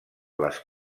les